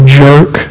jerk